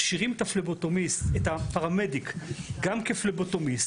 מכשירים את הפרמדיק גם כפלבוטומיסט,